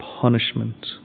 punishment